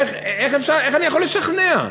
איך אני יכול לשכנע?